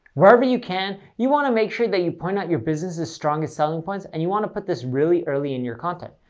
wherever you can, you want to make sure that you point out your businesses strongest selling points, and you want to put this really early in your content.